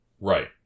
Right